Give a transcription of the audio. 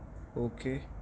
okay